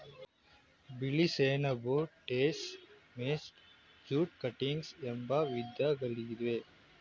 ಬಿಳಿ ಸೆಣಬು, ಟೋಸ, ಮೆಸ್ಟಾ, ಜೂಟ್ ಕಟಿಂಗ್ಸ್ ಎಂಬ ವಿಧಗಳಿವೆ